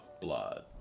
blood